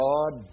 God